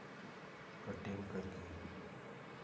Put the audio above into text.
cutting करके